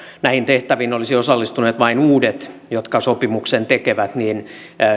näihin tehtäviin olisivat osallistuneet vain uudet jotka sopimuksen tekevät niin